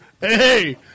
Hey